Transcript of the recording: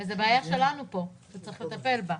זה בעיה שלנו פה שצריך לטפל בה.